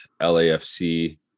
LAFC